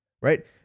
Right